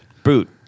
boot